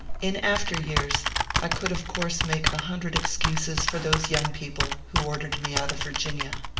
in after years i could of course make a hundred excuses for those young people who ordered me out of virginia.